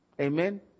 Amen